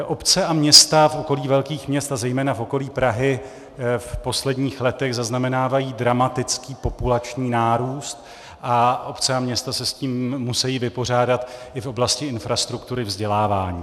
Obce a města v okolí velkých měst a zejména v okolí Prahy v posledních letech zaznamenávají dramatický populační nárůst a obce a města se s tím musejí vypořádat i v oblasti infrastruktury vzdělávání.